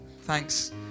Thanks